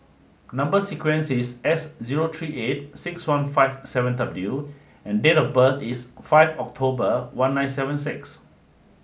number sequence is S zero three eight six one five seven W and date of birth is five October one nine seven six